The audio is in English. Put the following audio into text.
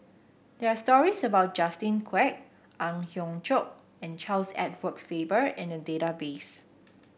there are stories about Justin Quek Ang Hiong Chiok and Charles Edward Faber in the database